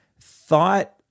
thought